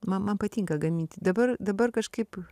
man man patinka gaminti dabar dabar kažkaip